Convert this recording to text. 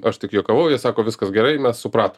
aš tik juokavau jie sako viskas gerai mes supratom